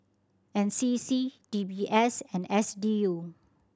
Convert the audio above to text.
N C C D B S and S D U